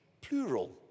Plural